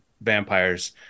vampires